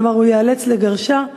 כלומר הוא ייאלץ לגרשה.